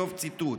סוף ציטוט.